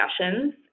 discussions